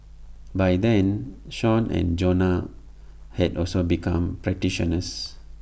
by then Sean and Jonah had also become practitioners